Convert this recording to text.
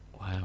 Wow